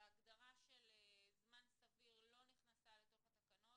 שההגדרה של זמן סביר לא נכנסה לתוך התקנות